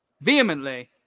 vehemently